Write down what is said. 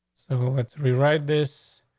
so let's rewrite this.